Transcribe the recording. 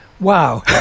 wow